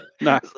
No